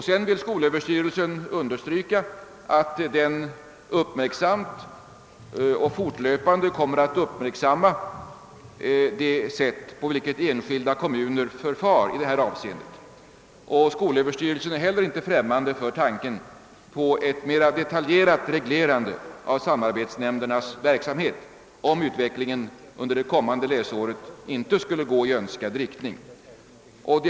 Sedan vill skolöverstyrelsen understryka att den uppmärksamt och fortlöpande kommer att följa det sätt på vilket enskilda kommuner förfar i detta avseende. Skolöverstyrelsen ställer sig heller inte främmande till tanken på ett mera detaljerat reglerande av samarbetsnämndernas verksamhet, om utvecklingen under det kommande läsåret inte skulle gå i önskad riktning.